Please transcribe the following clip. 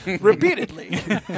repeatedly